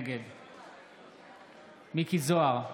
נגד מכלוף מיקי זוהר,